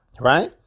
Right